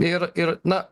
ir ir na